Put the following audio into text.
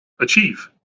achieve